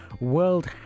World